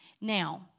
Now